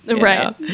Right